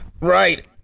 Right